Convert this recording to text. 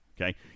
okay